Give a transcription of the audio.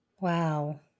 Wow